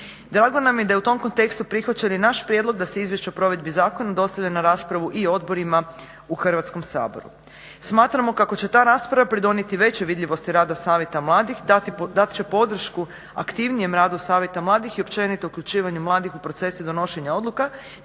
Drago nam je da u tom kontekstu prihvaćen i naš prijedlog da se izvješća o provedbi zakona dostavljaju na raspravu i odborima u Hrvatskom saboru. Smatramo kako će ta rasprava pridonijeti većoj vidljivosti rada savjeta mladih, dat će podršku aktivnijem radu savjeta mladih i općenito uključivanju mladih u procese donošenja odluka